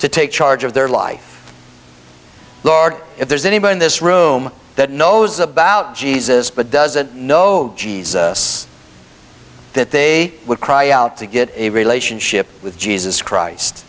to take charge of their life lord if there's anybody in this room that knows about jesus but doesn't know jesus that they would cry out to get a relationship with jesus christ